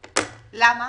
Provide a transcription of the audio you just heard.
למה?